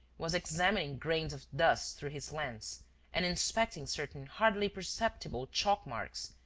was examining grains of dust through his lens and inspecting certain hardly perceptible chalk-marks,